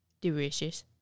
Delicious